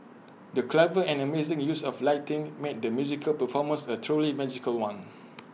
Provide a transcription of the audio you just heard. the clever and amazing use of lighting made the musical performance A truly magical one